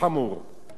ההסדר הקיים,